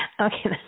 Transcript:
Okay